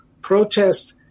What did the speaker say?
protest